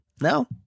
No